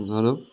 hello